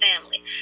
family